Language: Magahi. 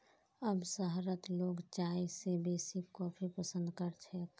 अब शहरत लोग चाय स बेसी कॉफी पसंद कर छेक